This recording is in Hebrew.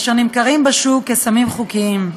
אשר נמכרים בשוק כסמים חוקיים.